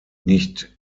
nicht